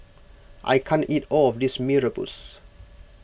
I can't eat all of this Mee Rebus